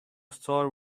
star